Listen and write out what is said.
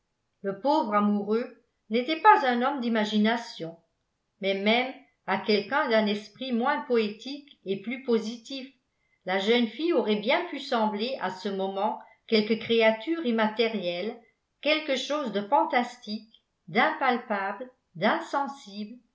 le pauvre amoureux n'était pas un homme d'imagination mais même à quelqu'un d'un esprit moins poétique et plus positif la jeune fille aurait bien pu sembler à ce moment quelque créature immatérielle quelque chose de fantastique d'impalpable